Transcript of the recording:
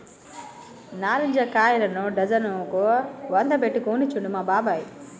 నారింజ కాయలను డజన్ కు వంద పెట్టి కొనుకొచ్చిండు మా బాబాయ్